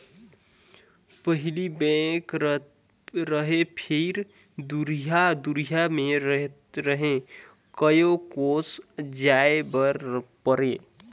पहिली बेंक रहें फिर दुरिहा दुरिहा मे रहे कयो कोस जाय बर परे